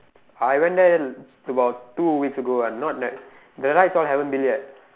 the rides all haven't build yet